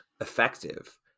effective